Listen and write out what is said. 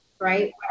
right